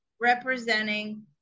representing